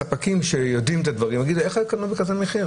ספקים שיודעים את הדברים יגידו: איך קנו בכזה מחיר?